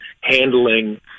handling